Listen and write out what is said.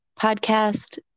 podcast